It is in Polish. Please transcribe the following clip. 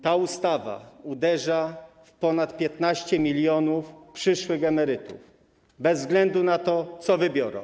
Ta ustawa uderza w ponad 15 mln przyszłych emerytów, bez względu na to, co wybiorą.